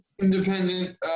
independent